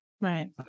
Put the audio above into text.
Right